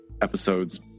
episodes